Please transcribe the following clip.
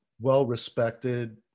well-respected